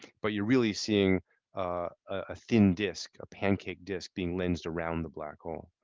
but you're really seeing a thin disk, a pancake disk being lensed around the black hole.